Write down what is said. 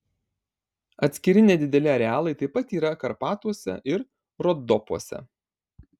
atskiri nedideli arealai taip pat yra karpatuose ir rodopuose